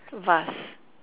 vase